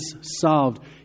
solved